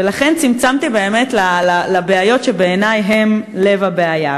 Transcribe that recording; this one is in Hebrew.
ולכן צמצמתי באמת לבעיות שבעיני הן לב הבעיה.